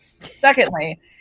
Secondly